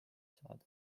saada